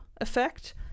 effect